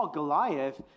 Goliath